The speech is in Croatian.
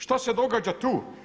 Šta se događa tu?